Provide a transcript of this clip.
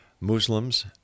Muslims